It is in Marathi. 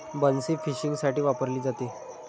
बन्सी फिशिंगसाठी वापरली जाते